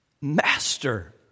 Master